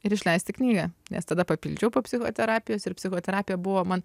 ir išleisti knygą nes tada papildžiau po psichoterapijos ir psichoterapija buvo man